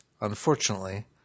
unfortunately